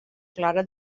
clara